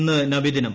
ഇന്ന് നബിദിനം